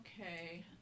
Okay